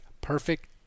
Perfect